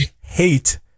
hate